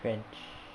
french